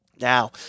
Now